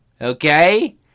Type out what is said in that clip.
Okay